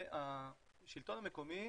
והשלטון המקומי,